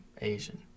Asian